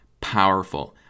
powerful